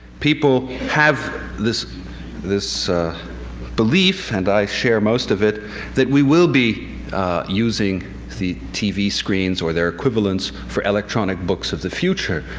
people have this this belief and i share most of it that we will be using the tv screens or their equivalents for electronic books of the future.